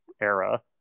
era